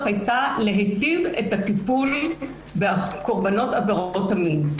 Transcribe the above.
הייתה להיטיב את הטיפול בקורבנות עבירות המין.